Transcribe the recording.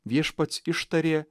viešpats ištarė